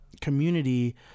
community